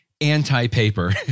anti-paper